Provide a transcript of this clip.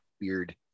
weird